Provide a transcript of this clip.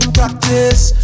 practice